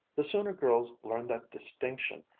the sooner girls learn that distinction,